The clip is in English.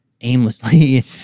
aimlessly